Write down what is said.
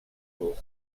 will